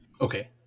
Okay